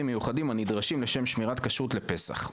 מיוחדים הנדרשים לשים שמירת כשרות לפסח.